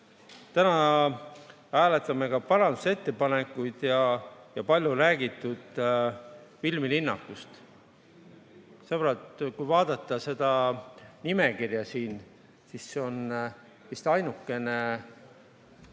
hääletame ka parandusettepanekuid. Palju on räägitud filmilinnakust. Sõbrad, kui vaadata seda nimekirja siin, siis see on vist ainukene